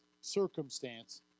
circumstance